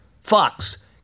Fox